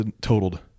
totaled